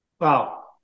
Wow